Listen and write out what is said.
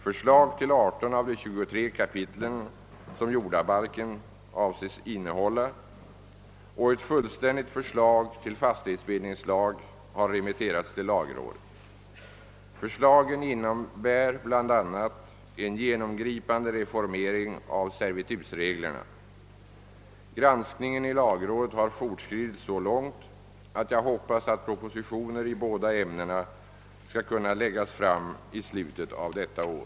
Förslag till 18 av de 23 kapitel som jordabalken avses innehålla och ett fullständigt förslag till fastighetsbildningslag har remitterats till lagrådet. Förslagen innebär bl.a. en genomgripande reformering av servitutsreglerna. Granskningen i lagrådet har fortskridit så långt, att jag hoppas att propositioner i båda ämnena skall kunna läggas fram i slutet av detta år.